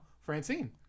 Francine